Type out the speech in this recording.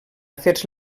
afers